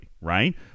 right